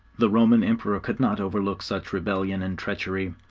the roman emperor could not overlook such rebellion and treachery,